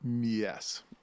Yes